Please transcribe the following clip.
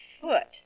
foot